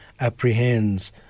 apprehends